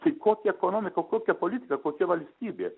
tai kokia ekonomika kokia politika kokia valstybė